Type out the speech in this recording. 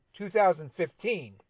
2015